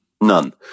None